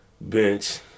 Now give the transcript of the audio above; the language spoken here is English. Bench